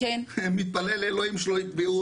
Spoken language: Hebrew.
אני מתפלל לאלוהים שלא יתבעו אותי,